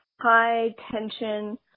high-tension